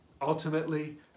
Ultimately